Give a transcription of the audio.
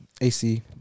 AC